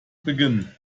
beginnen